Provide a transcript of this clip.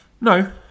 No